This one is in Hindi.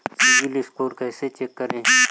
सिबिल स्कोर कैसे चेक करें?